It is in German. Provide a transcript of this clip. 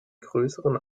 größerer